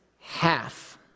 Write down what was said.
half